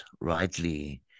rightly